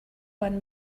won